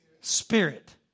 Spirit